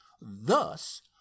Thus